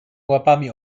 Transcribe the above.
łapami